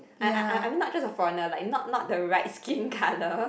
I I I mean not just a foreigner like not not the right skin colour